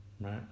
right